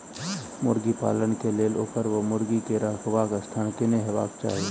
मुर्गी पालन केँ लेल ओकर वा मुर्गी केँ रहबाक स्थान केहन हेबाक चाहि?